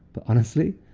but honestly,